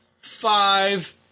five